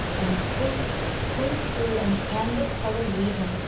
and sink, sink through an amber-colored region,